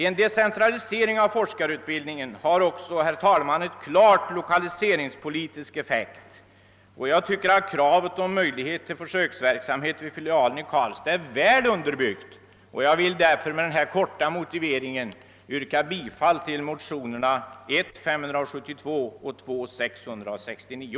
En decentralisering av forskarutbildningen har också en klar lokaliseringspolitisk effekt. Jag tycker att kravet på möjlighet till försöksverksamhet vid filialen i Karlstad är väl underbyggt, och jag vill därför med denna korta motivering yrka bifall till motionerna I:572 och II: 669.